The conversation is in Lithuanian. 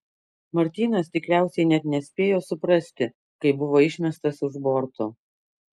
martynas tikriausiai net nespėjo suprasti kai buvo išmestas už borto